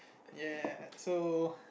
ya so